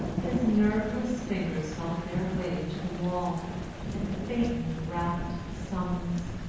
his nerveless fingers felt their way to the wall and faintly rapped a summons.